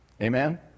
Amen